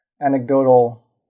anecdotal